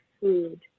food